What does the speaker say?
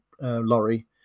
lorry